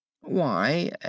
Why